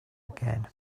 again